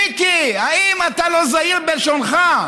מיקי, האם אתה לא זהיר בלשונך?